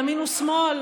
ימין או שמאל.